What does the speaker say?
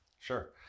Sure